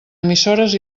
emissores